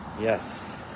Yes